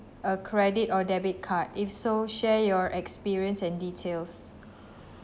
a credit or debit card if so share your experience and details